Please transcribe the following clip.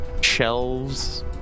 shelves